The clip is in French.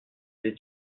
des